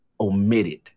omitted